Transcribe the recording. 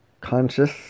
conscious